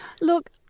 Look